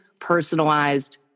personalized